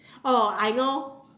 oh I know